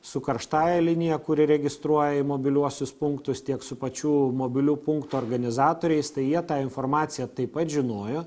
su karštąja linija kuri registruoja į mobiliuosius punktus tiek su pačių mobilių punktų organizatoriais tai jie tą informaciją taip pat žinojo